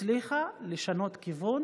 שהצליחה לשנות כיוון